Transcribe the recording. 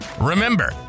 remember